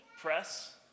Press